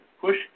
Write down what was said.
push